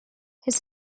his